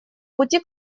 пути